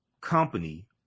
company